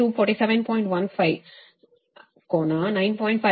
0 ಕೋನ 9